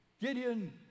Gideon